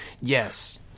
Yes